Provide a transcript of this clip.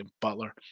Butler